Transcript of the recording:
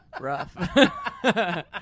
rough